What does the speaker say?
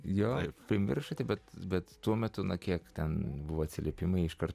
jo primiršote bet bet tuo metu na kiek ten buvo atsiliepimai iškart